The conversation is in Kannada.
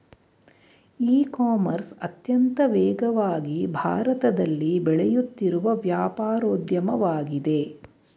ಇ ಕಾಮರ್ಸ್ ಅತ್ಯಂತ ವೇಗವಾಗಿ ಭಾರತದಲ್ಲಿ ಬೆಳೆಯುತ್ತಿರುವ ವ್ಯಾಪಾರೋದ್ಯಮವಾಗಿದೆ